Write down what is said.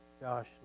Josh